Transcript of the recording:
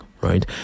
right